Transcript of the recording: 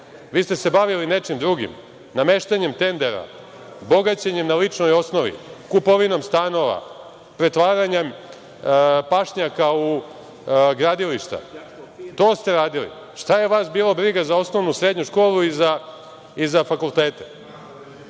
Vi ste se bavili nečim drugim, nameštanjem tendera, bogaćenjem na ličnoj osnovi, kupovinom stanova, pretvaranjem pašnjaka u gradilišta. To ste radili. Šta je vas bilo briga za osnovnu, srednju školu i za fakultete. Vodite